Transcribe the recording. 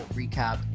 recap